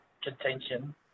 contention